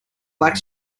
black